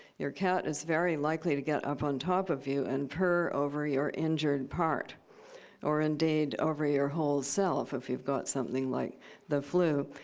your cat is very likely to get up on top of you and purr over your injured part or, indeed, over your whole self if you've got something like the flu.